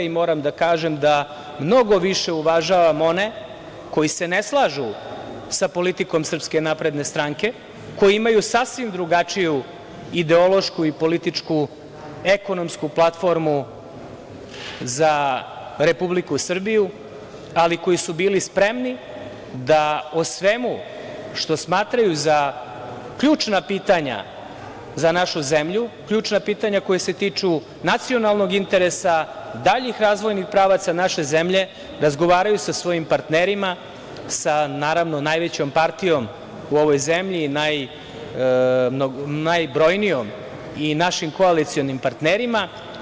Moram da kažem da mnogo više uvažavam one koji se ne slažu sa politikom SNS, koji imaju sasvim drugačiju ideološku i političku, ekonomsku platformu za Republiku Srbiju, ali koji su bili spremni da o svemu što smatraju za ključna pitanja za našu zemlju, ključna pitanja koja se tiču nacionalnog interesa, daljih razvojnih pravaca naše zemlje, razgovaraju sa svojim partnerima, sa najvećom partijom u ovoj zemlji, najbrojnijom, i našim koalicionim partnerima.